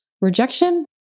rejection